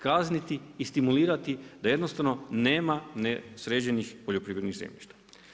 Kazniti i stimulirati da jednostavno nema nesređenih poljoprivrednih zemljišta.